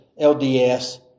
LDS